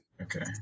Okay